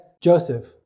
Joseph